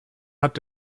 hat